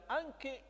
anche